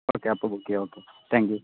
ഒക്കെ അപ്പോൾ okay okay thank you